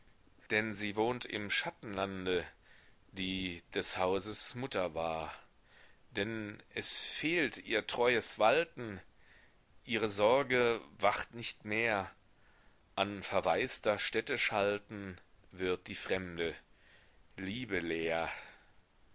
denn sie wohnt im scha ttenlande die des hauses mutter war denn es fehlt ihr treues walten ihre sorge wacht nicht mehr an verwaister stätte schalten wird die fremde liebeleer